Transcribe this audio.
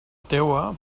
teua